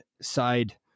side